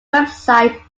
website